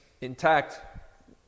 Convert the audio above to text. intact